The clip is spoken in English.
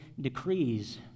decrees